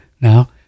now